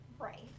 Right